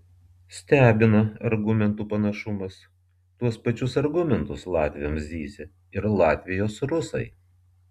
stebina argumentų panašumas tuos pačius argumentus latviams zyzia ir latvijos rusai